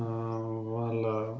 వాళ్ళ